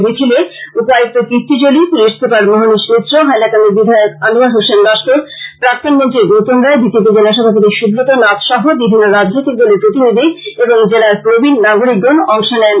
মিছিলে উপায়ক্ত Keerthi Jalli police super Mahanish Mishra হাইলাকান্দির বিধায়ক আনোয়ার হুসেন লস্কর প্রাক্তন মন্ত্রী গৌতম রায় বিজেপি জেলা সভাপতি সুব্রত নাথ সহ বিভিন্ন রাজনৈতিক দলের প্রতিনিধি এবং জেলার প্রবীন নাগরিকগন অংশ নেন